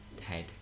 Ted